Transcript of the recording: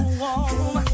warm